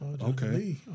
okay